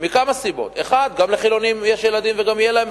מכמה סיבות: 1. גם לחילונים יש ילדים וגם יהיו להם,